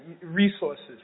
resources